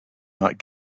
not